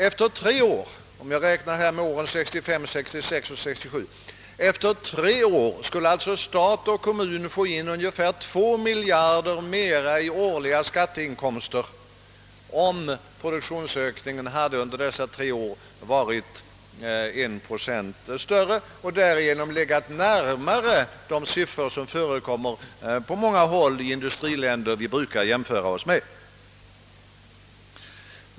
Efter tre år — om jag här räknar med åren 1965, 1966 och 1967 — skulle stat och kommun erhålla ungefär 2 miljarder kronor mera i årliga skatteinkomster, om produktionsökningen under dessa år varit 1 procent högre och därigenom legat närmare de siffror som förekommer i många industriländer som vi brukar jämföra oss med.